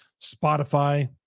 Spotify